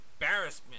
embarrassment